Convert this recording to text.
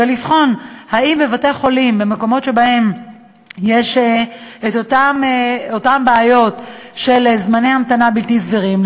ולבחון אם בבתי-חולים במקומות שבהם יש בעיות של זמני המתנה בלתי סבירים,